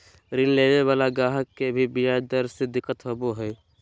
ऋण लेवे वाला गाहक के भी ब्याज दर से दिक्कत होवो हय